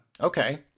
Okay